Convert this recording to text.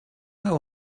how